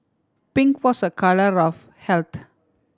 pink was a colour of health